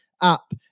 up